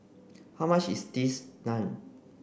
how much is these naan